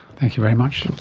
thank you very much.